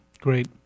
Great